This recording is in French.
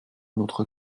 notre